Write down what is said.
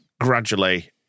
gradually